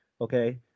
okay